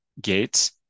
Gates